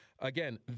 Again